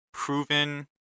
proven